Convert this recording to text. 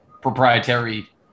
proprietary